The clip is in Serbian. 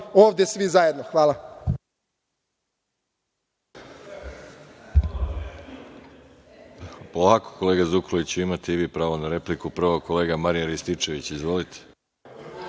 ovde svih zajedno. Hvala.